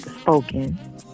spoken